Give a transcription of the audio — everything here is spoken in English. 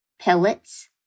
pellets